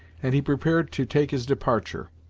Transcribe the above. and he prepared to take his departure.